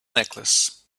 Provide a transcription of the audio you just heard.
necklace